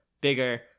bigger